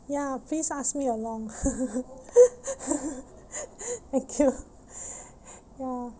ya please ask me along thank you ya